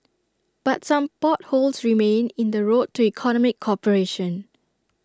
but some potholes remain in the road to economic cooperation